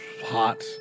hot